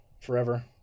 forever